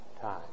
time